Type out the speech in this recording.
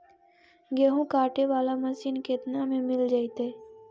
गेहूं काटे बाला मशीन केतना में मिल जइतै?